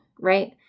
right